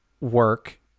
work